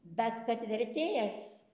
bet kad vertėjas